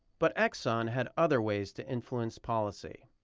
but exxon had other ways to influence policy,